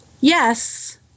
Yes